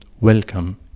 welcome